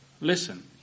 listen